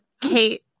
Kate